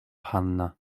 hanna